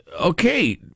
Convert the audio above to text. okay